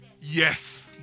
Yes